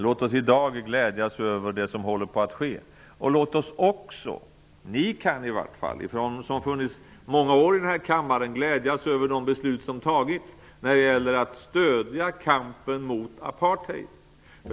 Låt oss i dag glädjas över det som håller på att ske. Ni som har suttit i denna kammare i många år kan särskilt glädja er över de beslut som har fattats när det gäller att stödja kampen mot apartheid.